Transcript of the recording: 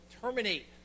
terminate